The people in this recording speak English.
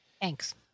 thanks